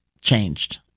changed